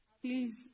Please